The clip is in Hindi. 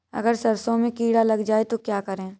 अगर सरसों में कीड़ा लग जाए तो क्या करें?